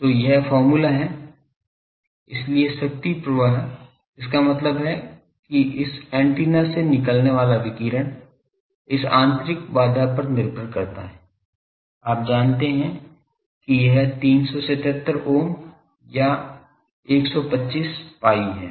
तो यह फार्मूला है इसलिए शक्ति प्रवाह इसका मतलब है कि इस एंटीना से निकलने वाला विकिरण इस आंतरिक बाधा पर निर्भर करता है आप जानते हैं कि यह 377 ओम या 125 pi है